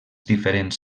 diferents